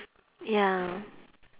ya